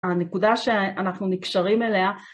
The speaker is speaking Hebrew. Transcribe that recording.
הנקודה שאנחנו נקשרים אליה